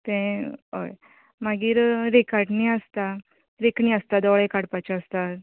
ते हय मागीर रेखाटणी आसता रेखणी आसता डोळे काडपाचे आसता